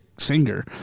Singer